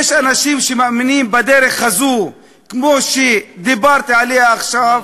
יש אנשים שמאמינים בדרך הזו שדיברתי עליה עכשיו,